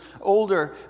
older